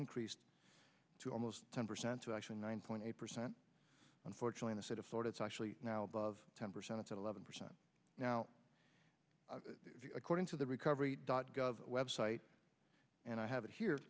increased to almost ten percent to actually nine point eight percent unfortunately the sort of thought it's actually now above ten percent eleven percent now according to the recovery dot gov website and i have it here